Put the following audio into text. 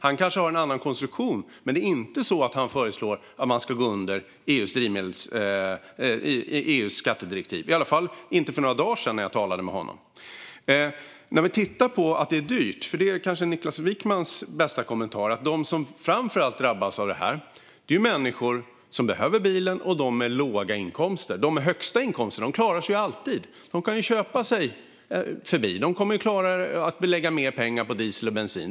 Han har kanske en annan konstruktion, men han föreslår inte att man ska kringgå EU:s skattedirektiv - i alla fall gjorde han inte det för några dagar sedan när jag talade med honom. Niklas Wykman påpekar att de som framför allt drabbas av detta är de som behöver bilen och har låga inkomster. De med högst inkomster klarar sig alltid, för de har råd att lägga mer pengar på diesel och bensin.